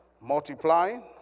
Multiplying